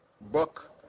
book